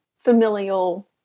familial